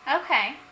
Okay